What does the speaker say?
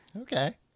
Okay